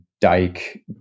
dike